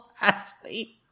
Ashley